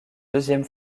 deuxième